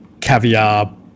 caviar